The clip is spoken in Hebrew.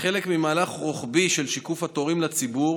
כחלק ממהלך רוחבי של שיקוף התורים לציבור,